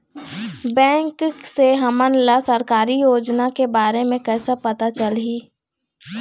Bank से हमन ला सरकारी योजना के बारे मे कैसे पता चलही?